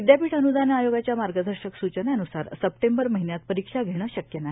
विद्यापीठ अन्दान आयोगाच्या मार्गदर्शक सूचनांन्सार सप्टेंबर महिन्यात परिक्षा घेणं शक्य नाही